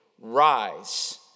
rise